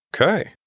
Okay